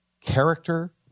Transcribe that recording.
character